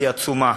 הם עצומים.